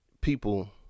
people